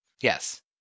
Yes